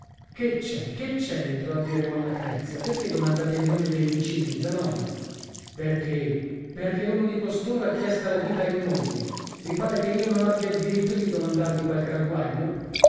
che c'è che c'è entrò a dire monna crezia perchè domandate il nome dei vicini zanobi perchè perchè uno di costoro ha chiesta la ghita in moglie vi pare che io non abbia il diritto di domandarvi qualche ragguaglio